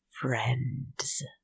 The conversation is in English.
friends